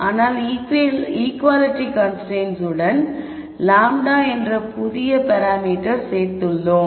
ஆனால் equality constraints உடன் λ என்ற புதிய பாராமீட்டர் சேர்த்துள்ளோம்